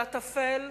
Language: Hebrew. על הטפל,